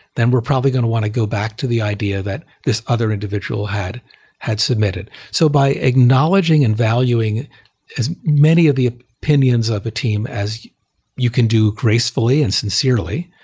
then we're probably going to want to go back to the idea that this other individual had had submitted. so by acknowledging and valuing as many of the opinions of a team as you can do gracefully and sincerely,